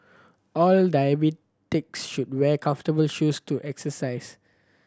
all diabetics should wear comfortable shoes to exercise